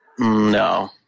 No